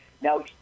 Now